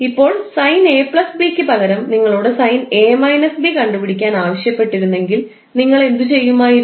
ഇപ്പോൾ sin𝐴 𝐵 ക്ക് പകരം നിങ്ങളോട് sin𝐴 − 𝐵 കണ്ടുപിടിക്കാൻ ആവശ്യപ്പെട്ടിരുന്നെങ്കിൽ നിങ്ങൾ എന്തു ചെയ്യുമായിരുന്നു